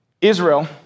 Israel